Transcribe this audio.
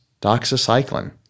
doxycycline